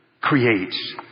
creates